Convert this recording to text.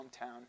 hometown